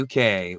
UK